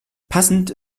passend